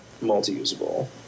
multi-usable